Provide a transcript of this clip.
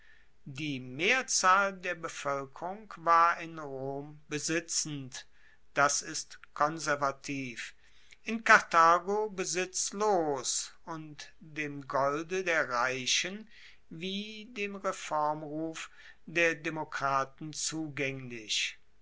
die mehrzahl der bevoelkerung war in rom besitzend das ist konservativ in karthago besitzlos und dem golde der reichen wie dem reformruf der demokraten zugaenglich